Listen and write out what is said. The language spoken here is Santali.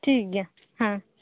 ᱴᱷᱤᱠ ᱜᱮᱭᱟ ᱦᱮᱸ